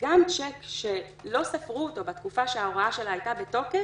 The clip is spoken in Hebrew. גם צ'יק שלא ספרו אותו בתקופה שההוראה שלה הייתה בתוקף,